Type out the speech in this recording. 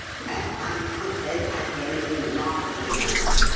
well, i can't say that i see anything remarkable in that.